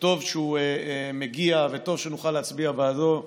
טוב שהוא מגיע וטוב שנוכל להצביע בעדו.